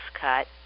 cut